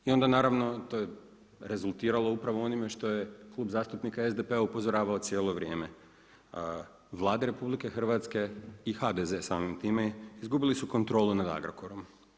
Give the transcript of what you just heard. I onda naravno to je rezultiralo upravo onime što je Klub zastupnika SDP-a upozoravao cijelo vrijeme Vladi RH i HDZ samim time izgubili su kontrolu nad Agrokorom.